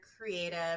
creative